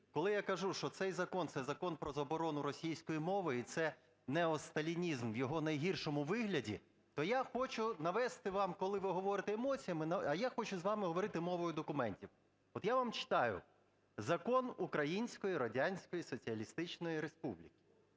Коли я кажу, що цей закон – це закон про заборону російської мови і це неосталінізм в його найгіршому вигляді, то я хочу навести вам, коли ви говорите емоціями, а я хочу з вами говорити мовою документів. От я вам читаю: Закон Української Радянської Соціалістичної Республіки.